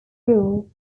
rule